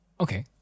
Okay